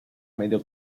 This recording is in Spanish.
medio